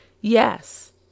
Yes